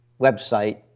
website